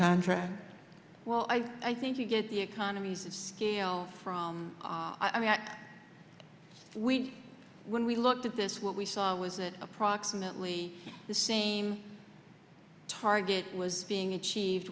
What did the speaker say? contract well i i think you get the economies of scale from i mean we when we looked at this what we saw was that approximately the same target was being achieved